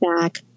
back